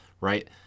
right